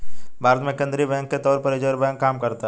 भारत में केंद्रीय बैंक के तौर पर रिज़र्व बैंक काम करता है